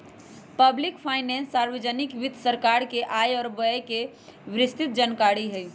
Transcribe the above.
public finance सार्वजनिक वित्त सरकार के आय व व्यय के विस्तृतजानकारी हई